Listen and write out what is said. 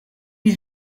you